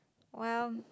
well